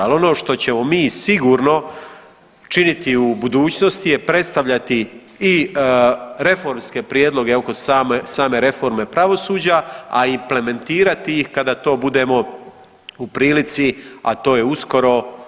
Ali ono što ćemo mi sigurno činiti u budućnosti je predstavljati i reformske prijedloge oko same reforme pravosuđa, a i plementirati ih kada to budemo u prilici, a to je uskoro.